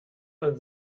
man